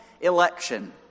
Election